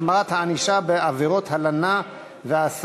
שמונה מתנגדים, אין נמנעים.